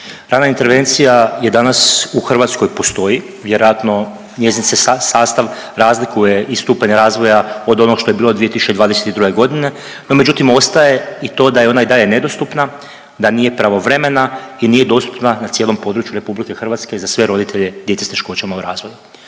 Rana intervencija je danas u Hrvatskoj postoji. Vjerojatno njezin se sastava razlikuje i stupanj razvoja od onog što je bilo 2022. godine. No međutim, ostaje i to da je ona i dalje nedostupna, da nije pravovremena i nije dostupna na cijelom području Republike Hrvatske za sve roditelje djece teškoćama u razvoju.